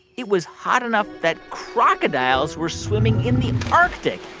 it was hot enough that crocodiles were swimming in the arctic,